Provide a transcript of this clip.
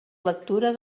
lectura